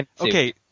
Okay